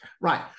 Right